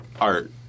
art